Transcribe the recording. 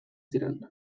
ziren